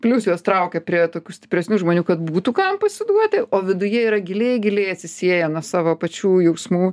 plius juos traukia prie tokių stipresnių žmonių kad būtų kam pasiduoti o viduje yra giliai giliai atsisieję nuo savo pačių jausmų